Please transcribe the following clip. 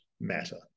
matter